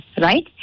right